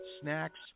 snacks